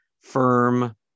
firm